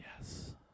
Yes